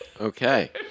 Okay